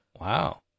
Wow